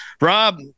Rob